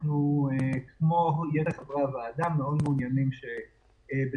אנחנו כמו יתר חברי הוועדה מעוניינים שבתקופה